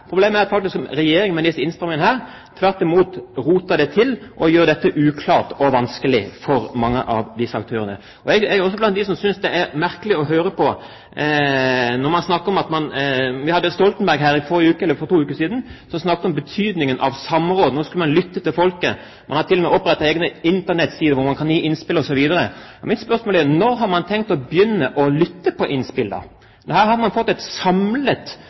Problemet er at Regjeringen med disse innstrammingene tvert imot roter det til, og gjør det uklart og vanskelig for mange av disse aktørene. Jeg er også blant dem som synes det er merkelig å høre på når man snakker om at man vil ha samråd og innspill. Stoltenberg var her for tre uker siden og snakket om betydningen av samråd, nå skulle man lytte til folket. Man har til og med opprettet egne Internett-sider hvor man kan gi innspill osv. Mitt spørsmål er: Når har man tenkt å begynne å lytte til innspillene? Her har man fått et samlet